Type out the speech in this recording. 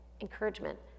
encouragement